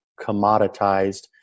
commoditized